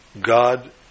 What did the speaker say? God